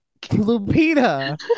Lupita